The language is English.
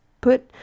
put